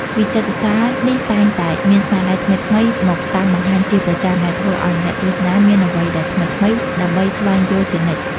វិចិត្រសាលនេះតែងតែមានស្នាដៃថ្មីៗមកតាំងបង្ហាញជាប្រចាំ ដែលធ្វើឲ្យអ្នកទស្សនាមានអ្វីដែលថ្មីៗដើម្បីស្វែងយល់ជានិច្ច។